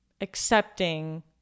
accepting